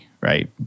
Right